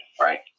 right